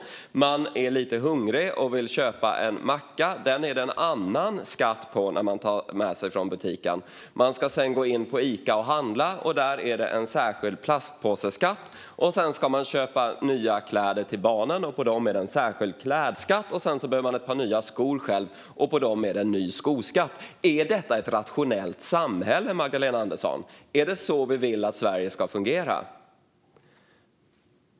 Man är lite hungrig och vill köpa en macka. Den är det en annan skatt på när man tar den med sig från butiken. Man ska sedan gå in på Ica och handla. Där är det en särskild plastpåseskatt. Sedan ska man köpa nya kläder till barnen. På de kläderna är det en särskild klädskatt. Sedan behöver man själv ett par nya skor. På dem är det en ny skoskatt. Är detta ett rationellt samhälle, Magdalena Andersson? Är det så vi vill att Sverige ska fungera?